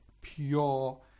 pure